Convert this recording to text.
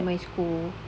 for my school